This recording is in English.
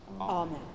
Amen